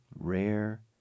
Rare